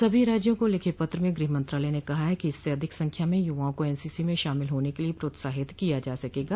सभी राज्यों को लिखे पत्र में गृह मंत्रालय ने कहा कि इससे अधिक संख्या में युवाओं को एनसीसी में शामिल होने के लिये प्रोत्साहित किया जा सकेगा